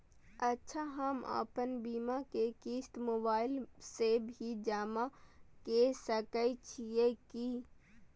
अच्छा हम आपन बीमा के क़िस्त मोबाइल से भी जमा के सकै छीयै की?